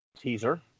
Teaser